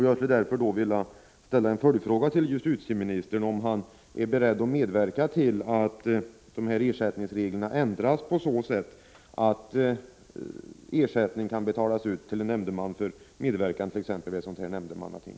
Jag vill därför ställa en följdfråga: Är justitieministern beredd att medverka till att ersättningsreglerna ändras på så sätt att ersättning kan betalas ut till en nämndeman för medverkan t.ex. vid ett nämndemannating?